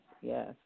yes